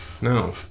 No